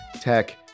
tech